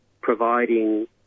providing